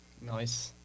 nice